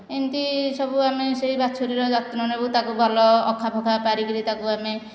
ଏମିତି ସବୁ ଆମେ ସେହି ବାଛୁରୀର ଯତ୍ନ ନେଉ ତାକୁ ଭଲ ଅଖା ପଖା ପାରି କରି ତାକୁ ଆମେ